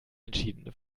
entschieden